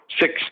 six